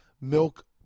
milk